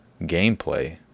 gameplay